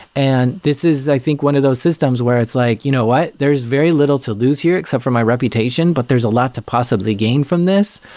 and this is i think one of those systems where it's like, you know what? there is very little to lose here except for my reputation, but there's a lot to possibly gain from this,